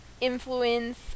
influence